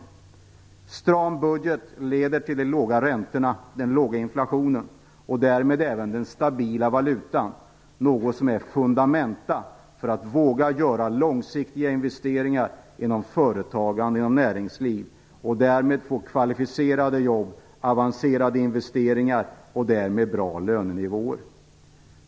En stram budget leder till låga räntor och låg inflation och därmed även till den stabila valutan. Det är fundamentalt för att våga göra långsiktiga investeringar inom företagande och näringsliv, få kvalificerade jobb och avancerade investeringar och därmed bra lönenivåer.